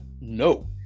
no